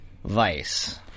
Vice